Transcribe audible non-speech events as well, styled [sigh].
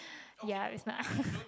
yeah it's not [breath]